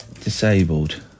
disabled